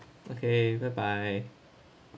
okay goodbye